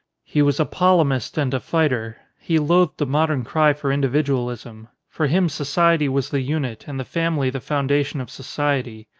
he was a polemist and a fighter. he loathed the modern cry for individualism. for him society was the unit, and the family the foun dation of society.